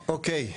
אוקיי.